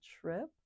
trip